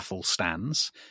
stands